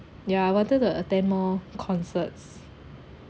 ya I wanted to attend more concerts